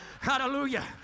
Hallelujah